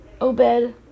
Obed